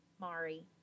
Mari